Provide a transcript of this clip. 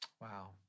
Wow